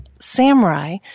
Samurai